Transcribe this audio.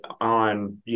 on